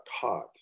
caught